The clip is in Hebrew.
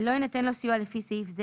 אז אומרים שלא יינתן לו סיוע במעלון אלא